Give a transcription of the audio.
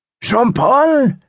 Jean-Paul